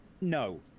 no